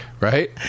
Right